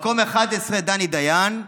מקום 11, דני דיין,